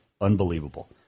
unbelievable